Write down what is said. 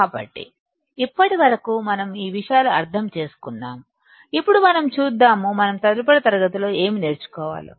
కాబట్టి ఇప్పటి వరకు మనం ఈ విషయాలు అర్థం చేసుకున్నాము ఇప్పుడు మనం తదుపరి తరగతుల్లో ఏమి నేర్చుకుంటామో చూద్దాం